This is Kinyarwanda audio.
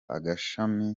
agashami